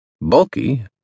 bulky